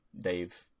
Dave